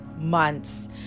months